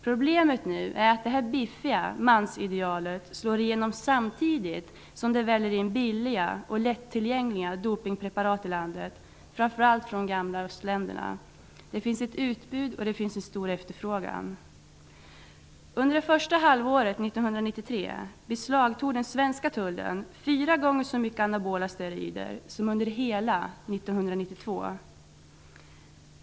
Problemet nu är att det här ''biffiga'' mansidealet slår igenom samtidigt som det väller in billiga och lättillgängliga dopningspreparat i landet, framför allt från de f.d. östländerna. Det finns ett utbud och en stor efterfrågan. Under det första halvåret 1993 beslagtog den svenska tullen fyra gånger så mycket anabola steroider som under hela 1992.